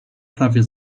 prawie